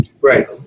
Right